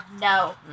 no